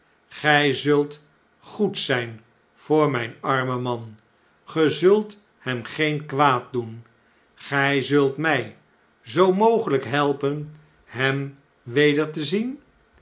gij zult goed zjjn voor imjn armen man ge zult hem geen kwaad doen gg zult mjj zoo mogelp helpen hem weder te zien